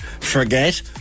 forget